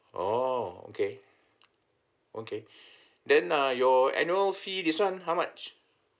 orh okay okay then ah your annual fee this one how much